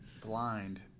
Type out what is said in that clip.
blind